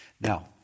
Now